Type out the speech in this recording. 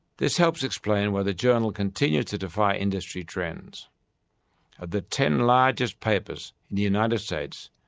this helps explain why the journal continues to defy industry trends. of the ten largest papers in the united states,